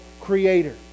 creator